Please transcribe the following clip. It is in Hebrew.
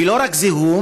ולא רק זיהום,